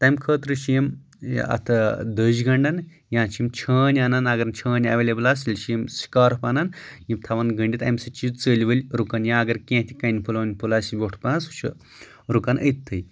تَمہِ خٲطرٕ چھِ یِم یہِ اَتھٕ دٔج گَنٛڈان یا چھِ یِم چھٲنۍ اَنان اَگر نہٕ چھٲنۍ اٮ۪وٮ۪لیبٕل آسہِ تیٚلہِ چھِ یِم سِکارُف اَنان یِم تھاوان گٔنٛڈِتھ اَمہِ سۭتۍ چھِ یہِ ژٔلۍ ؤلۍ رُکَن یا اَگر کیٚنٛہہ تہِ کَنہِ پھوٚل وَنہِ پھوٚل آسہِ ویوٚٹھ پَہَن سُہ چھُ رُکان أتۍتھٕے